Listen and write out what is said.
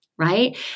right